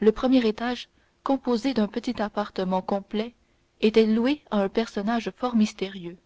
le premier étage composé d'un petit appartement complet était loué à un personnage fort mystérieux